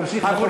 תמשיך בחוק הבא.